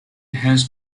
has